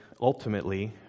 ultimately